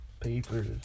Papers